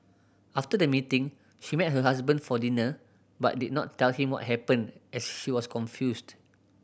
after the meeting she met her husband for dinner but did not tell him what happened as she was confused